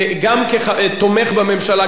גם כתומך בממשלה,